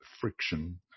friction